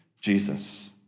Jesus